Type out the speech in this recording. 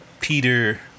Peter